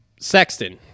Sexton